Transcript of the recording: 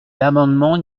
l’amendement